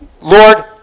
Lord